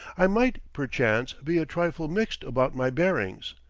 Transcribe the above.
i might, perchance, be a trifle mixed about my bearings,